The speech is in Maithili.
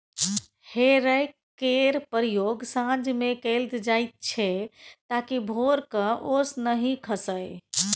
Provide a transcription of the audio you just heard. हे रैक केर प्रयोग साँझ मे कएल जाइत छै ताकि भोरक ओस नहि खसय